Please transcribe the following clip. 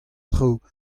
traoù